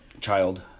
child